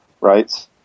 right